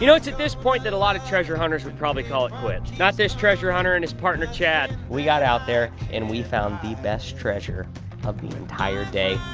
you know it's at this point that a lot of treasure hunters would probably call it quits. not this treasure hunter and his partner, chad. we got out there and we found the best treasure of the entire day.